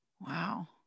wow